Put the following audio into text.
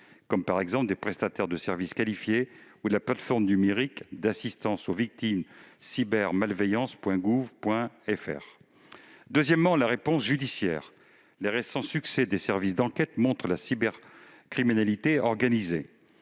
Je pense aux prestataires de services qualifiés ou à la plateforme numérique d'assistance aux victimes, cybermalveillance.gouv.fr. Deuxièmement, la réponse est judiciaire. Les récents succès des services d'enquête contre la cybercriminalité organisée,